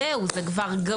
אין זה גמור,